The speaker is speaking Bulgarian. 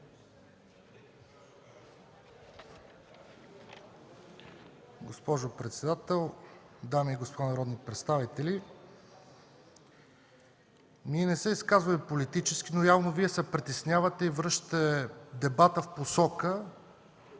Госпожо председател, дами и господа народни представители! Ние не се изказваме политически, но явно Вие се притеснявате и връщате дебата в посока,